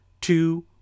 two